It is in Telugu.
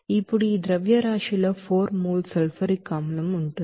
ఇప్పుడు ఈ ಮಾಸ್లో 4 మోల్స్ సల్ఫ్యూరిక్ ಆಸಿಡ್ ఉంటుంది